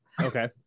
okay